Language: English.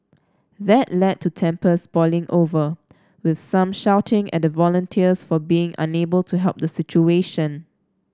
that led to tempers boiling over with some shouting at the volunteers for being unable to help the situation